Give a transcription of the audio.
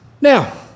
Now